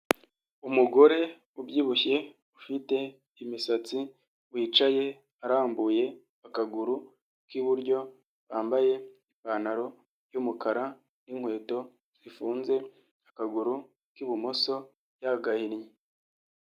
Umugore ubyibushye ufite imisatsi wicaye arambuye akaguru k'iburyo wambaye ipantaro y'umukara n'inkweto zifunze akaguru k'ibumoso y'agahinnye.